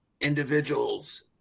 individuals